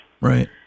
Right